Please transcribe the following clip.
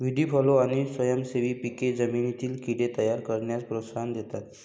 व्हीडी फॉलो आणि स्वयंसेवी पिके जमिनीतील कीड़े तयार करण्यास प्रोत्साहन देतात